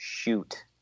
Shoot